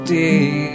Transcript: day